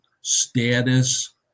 status